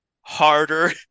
harder